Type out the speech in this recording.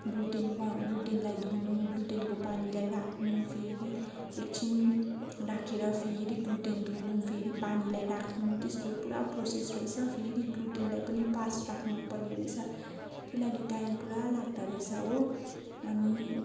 ग्लुटेनमा ग्लुटेनलाई धुनु ग्लुटेनको पानीलाई राख्नु फेरि एकछिन राखेर फेरि ग्लुटेन धुनु फेरि पानीलाई राख्नु त्यस्तो पुरा प्रोसेस रहेछ फेरि ग्लुटेनलाई पनि पास राख्नुपर्ने रहेछ त्यही लागि टाइम पुरा लाग्दोरहेछ हो अनि